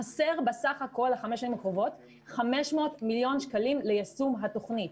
בסך הכול חסרים לשנים הקרובות 500 מיליון שקלים ליישום התוכנית.